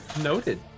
Noted